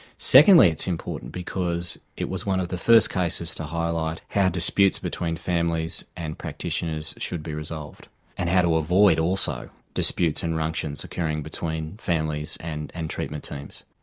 secondly, it's important because it was one of the first cases to highlight how disputes between families and practitioners should be resolved and how to avoid also disputes and ructions occurring between families and and treatment teams.